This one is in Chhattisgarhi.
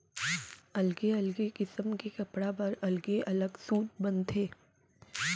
अलगे अलगे किसम के कपड़ा बर अलगे अलग सूत बनथे